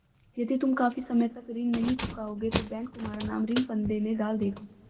यदि तुम काफी समय तक ऋण नहीं चुकाओगे तो बैंक तुम्हारा नाम ऋण फंदे में डाल देगा